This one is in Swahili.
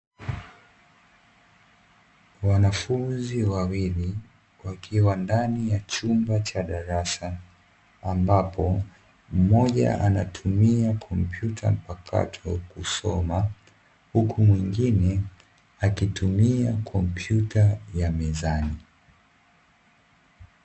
Wanafunzi wawili wakiwa ndani ya chumba cha darasa, ambapo mmoja anatumia kompyuta mpakato kusoma, huku mwingine akitumia kompyuta ya mezani.